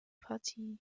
partie